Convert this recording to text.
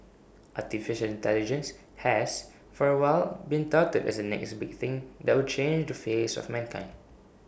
Artificial Intelligence has for A while been touted as the next big thing that will change the face of mankind